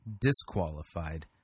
disqualified